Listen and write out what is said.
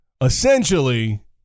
essentially